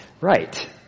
Right